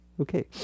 Okay